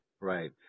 Right